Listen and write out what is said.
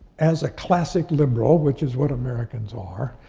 as a classic liberal, which is what americans are,